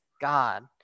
God